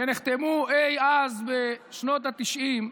שנחתמו אי-אז בשנות התשעים,